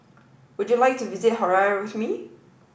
would you like to visit Harare with me